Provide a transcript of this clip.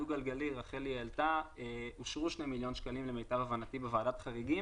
הדו-גלגלי אושרו 2 מיליון שקלים למיטב הבנתי בוועדת חריגים.